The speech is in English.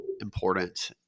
important